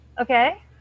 Okay